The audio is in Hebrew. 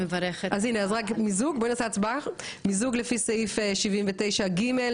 מיזוג שתי ההצעות לפי סעיף 79(ג)